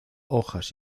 hojas